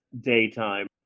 daytime